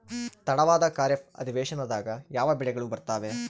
ತಡವಾದ ಖಾರೇಫ್ ಅಧಿವೇಶನದಾಗ ಯಾವ ಬೆಳೆಗಳು ಬರ್ತಾವೆ?